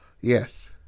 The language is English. Yes